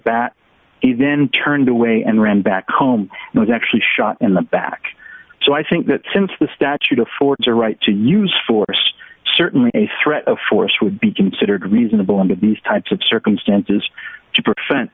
bat he then turned away and ran back home and was actually shot in the back so i think that since the statute affords a right to use force certainly a threat of force would be considered reasonable under these types of circumstances two percent